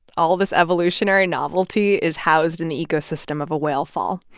all this evolutionary novelty is housed in the ecosystem of a whale fall.